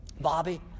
Bobby